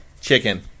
Chicken